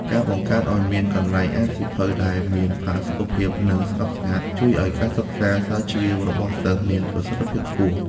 ការបង្កើតឱ្យមានកន្លែងអានសៀវភៅដែលមានផាសុកភាពនិងស្ងប់ស្ងាត់ ជួយឱ្យការសិក្សាស្រាវជ្រាវរបស់សិស្សមានប្រសិទ្ធភាពខ្ពស់។